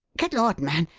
good lord, man!